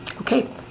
Okay